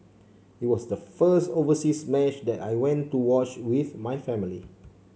it was the first overseas match that I went to watch with my family